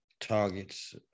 targets